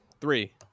Three